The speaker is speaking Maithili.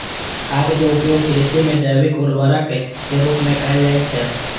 खादक उपयोग कृषि मे जैविक उर्वरक के रूप मे कैल जाइ छै